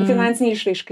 finansinei išraiškai